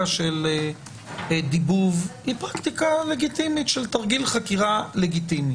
של דיבוב היא פרקטיקה לגיטימית של תרגיל חקירה לגיטימי.